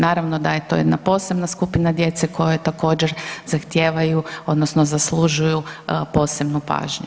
Naravno da je to jedna posebna skupina djece koja također zahtijevaju odnosno zaslužuju posebnu pažnju.